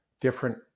different